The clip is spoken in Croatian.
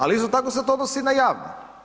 Ali isto tako se to odnosi i na javne.